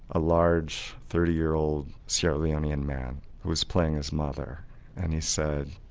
a large thirty year old sierra leonean man who was playing his mother and he said,